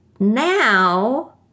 Now